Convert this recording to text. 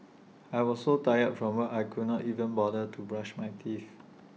I was so tired from work I could not even bother to brush my teeth